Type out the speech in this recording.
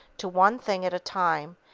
to one thing at a time,